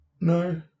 No